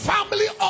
Family